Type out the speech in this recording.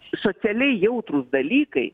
socialiai jautrūs dalykai